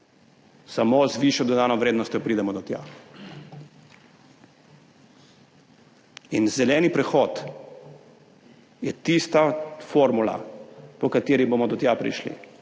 samo z višjo dodano vrednostjo pridemo do tja. In zeleni prehod je tista formula, po kateri bomo do tja prišli,